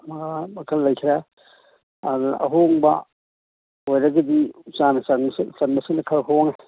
ꯃꯈꯜ ꯂꯩꯈ꯭ꯔꯦ ꯑꯗꯨꯅ ꯑꯍꯣꯡꯕ ꯑꯣꯏꯔꯒꯗꯤ ꯎꯆꯥꯟꯅ ꯆꯟꯕꯁꯤꯅ ꯈꯔ ꯍꯣꯡꯉꯦ